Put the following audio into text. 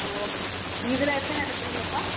okay இதில் எத்தனை எடுக்குறீங்கப்பா